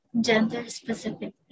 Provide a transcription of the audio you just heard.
Gender-specific